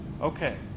Okay